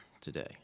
today